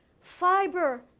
fiber